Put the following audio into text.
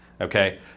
Okay